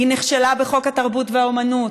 היא נכשלה בחוק התרבות והאומנות,